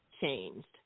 changed